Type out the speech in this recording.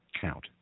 count